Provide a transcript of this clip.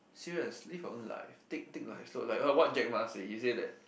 serious live your own life take take a slow life what Jack-Ma say he say that